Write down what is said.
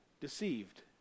deceived